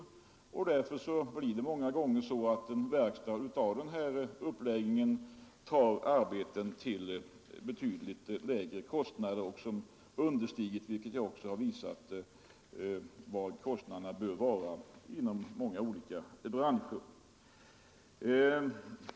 Inom många olika branscher blir det därför många gånger så att en verkstad med denna uppläggning tar arbeten till betydligt lägre priser, till priser som understiger vad kostnaderna bör vara, vilket jag också har visat.